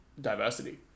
diversity